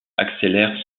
accélère